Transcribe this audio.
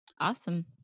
Awesome